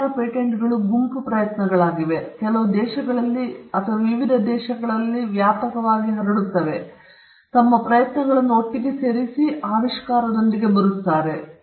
ಹಲವಾರು ಪೇಟೆಂಟ್ಗಳು ಗುಂಪಿನ ಪ್ರಯತ್ನಗಳಾಗಿವೆ ಕೆಲವು ದೇಶಗಳಲ್ಲಿ ವಿವಿಧ ದೇಶಗಳಲ್ಲಿ ವ್ಯಾಪಕವಾಗಿ ಹರಡುತ್ತವೆ ಅವರು ತಮ್ಮ ಪ್ರಯತ್ನಗಳನ್ನು ಒಟ್ಟಿಗೆ ಸೇರಿಸುತ್ತಾರೆ ಮತ್ತು ಅವರು ಆವಿಷ್ಕಾರದೊಂದಿಗೆ ಬರುತ್ತಾರೆ